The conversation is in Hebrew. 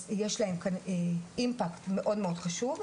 יש להם אימפקט מאוד, מאוד חשוב.